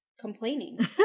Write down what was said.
complaining